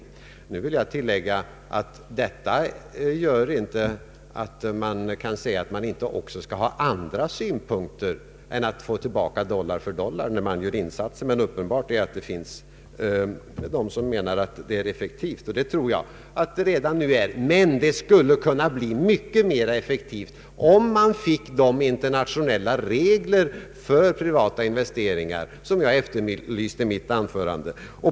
Jag vill tillägga att detta inte innebär att man inte skall ha andra synpunkter än att få tillbaka dollar för dollar när man gör insatser, men uppenbart är att det finns de som anser att det är effektivt. Det är redan nu effektivt, men det skulle kunna bli det i högre grad om vi fick de internationella regler för privata investeringar som jag efterlyste i mitt anförande.